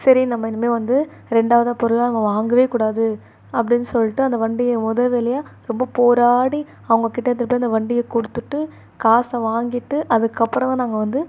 சரி நம்ம இனிமேல் வந்து ரெண்டாவதாக பொருளாக நம்ம வாங்கவே கூடாது அப்படின் சொல்லிட்டு அந்த வண்டியை முத வேலையாக ரொம்ப போராடி அவங்கக்கிட்டத்தட்ட அந்த வண்டியை கொடுத்துட்டு காசை வாங்கிட்டு அதுக்கப்புறம் தான் நாங்கள் வந்து